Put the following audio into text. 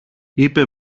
είπε